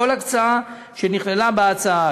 כל הקצאה שנכללה בהצעה,